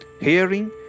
hearing